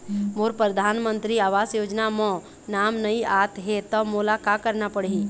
मोर परधानमंतरी आवास योजना म नाम नई आत हे त मोला का करना पड़ही?